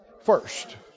first